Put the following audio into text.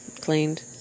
cleaned